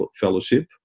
Fellowship